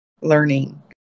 learning